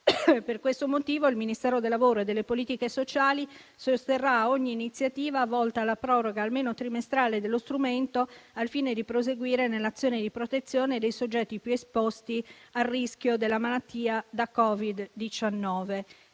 Per questo motivo il Ministero del lavoro e delle politiche sociali sosterrà ogni iniziativa volta alla proroga almeno trimestrale dello strumento, al fine di proseguire nell'azione di protezione dei soggetti più esposti al rischio della malattia da Covid-19.